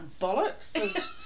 Bollocks